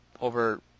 over